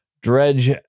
Dredge